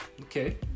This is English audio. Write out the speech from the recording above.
Okay